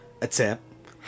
attempt